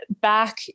back